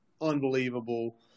unbelievable